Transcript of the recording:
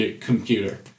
computer